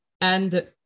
And-